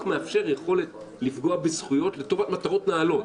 מאפשר יכולת לפגוע בזכויות לטובת מטרות נעלות,